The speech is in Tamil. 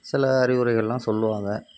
சில அறிவுரைகளெலாம் சொல்லுவாங்க